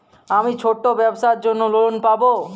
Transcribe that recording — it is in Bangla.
আমি ছোট ব্যবসার জন্য লোন পাব?